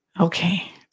Okay